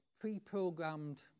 pre-programmed